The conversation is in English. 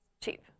Cheap